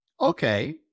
Okay